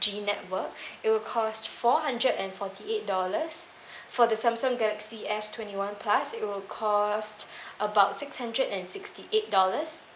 G network it will cost four hundred and forty eight dollars for the samsung galaxy S twenty one plus it will cost about six hundred and sixty eight dollars